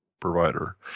provider